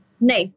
No